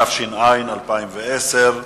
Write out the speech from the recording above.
התש"ע 2010,